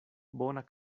bona